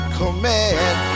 command